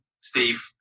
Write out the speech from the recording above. Steve